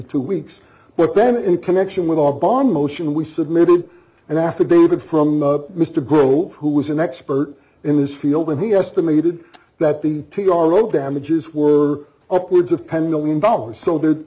two weeks but then in connection with our bond motion we submitted an affidavit from mr grove who was an expert in his field and he estimated that the t r o damages were upwards of ten million dollars so th